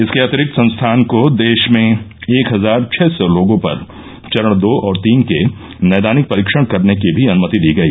इसके अतिरिक्त संस्थान को देश में एक हजार छह सौ लोगों पर चरण दो और तीन के नैदानिक परीक्षण करने की भी अनुमति दी गई